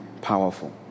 powerful